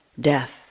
death